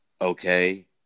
okay